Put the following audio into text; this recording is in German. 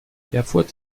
erfurt